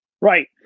Right